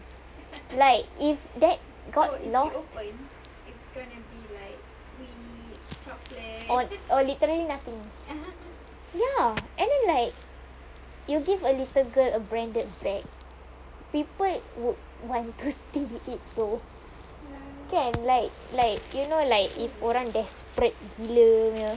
like if that got lost or literally nothing ya and then like you give a little girl a branded bag people would want to steal it though kan like like you know like if orang desperate gila punya